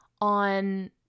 on